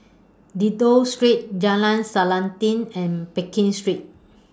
Dido Street Jalan Selanting and Pekin Street